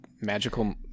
magical